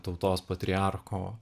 tautos patriarcho